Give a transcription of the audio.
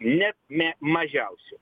ne ne mažiausių